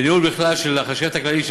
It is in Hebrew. וניהול בכלל של החשבת הכללית,